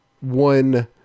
one